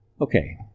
Okay